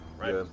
right